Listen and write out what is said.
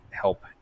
help